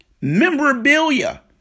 memorabilia